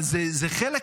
אבל זה חלק.